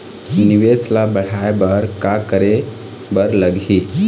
निवेश ला बढ़ाय बर का करे बर लगही?